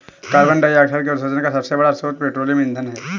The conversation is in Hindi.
कार्बन डाइऑक्साइड के उत्सर्जन का सबसे बड़ा स्रोत पेट्रोलियम ईंधन है